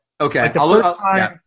Okay